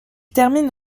termine